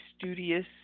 studious